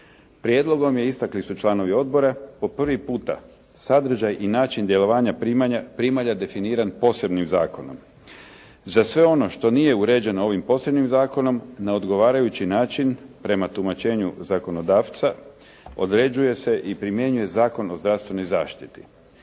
Prijedlogom je, istakli su članovi odbora, po prvi puta sadržaj i način djelovanja primalja definiran posebnim zakonom . Za sve ono što nije uređeno ovim posebnim zakonom na odgovarajući način prema tumačenju zakonodavca određuje se i primjenjuje Zakon o zdravstvenoj zaštiti.